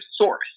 source